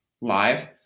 live